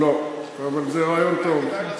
לא, אבל זה רעיון טוב.